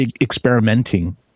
experimenting